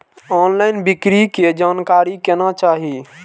Online बिक्री के जानकारी केना चाही?